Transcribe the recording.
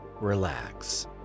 Relax